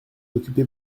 occupez